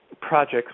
projects